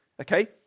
Okay